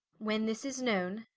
when this is knowne,